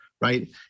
right